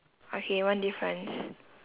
okay one difference